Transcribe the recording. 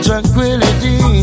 Tranquility